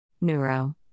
Neuro